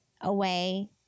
away